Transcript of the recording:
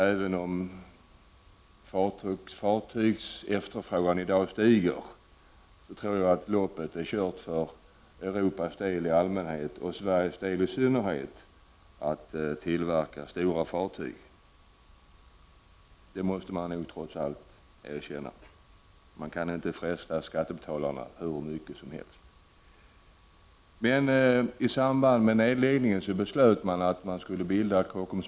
Även om efterfrågan på fartyg i dag stiger, tror jag att loppet är kört för Europas del i allmänhet och för Sveriges del i synnerhet att tillverka stora fartyg. Det måste man nog trots allt erkänna. Man kan inte fresta skattebetalarna hur mycket som helst. I samband med nedläggningen beslöts att Kockums Marine AB skulle bildas.